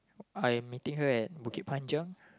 I am meeting her at Bukit-Panjang